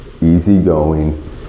easygoing